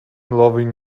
loving